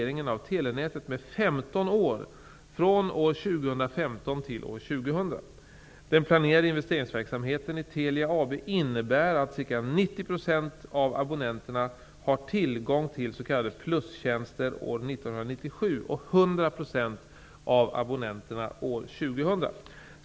innebär att ca 90 % av abonnenterna har tillgång till s.k. PLUS-tjänster år 1997 och 100 % av abonnenterna år 2000.